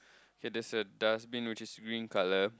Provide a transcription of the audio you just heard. it is a dustbin which is green colour